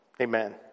Amen